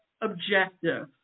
objective